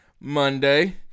monday